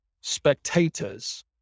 spectators